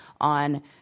on